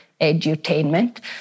edutainment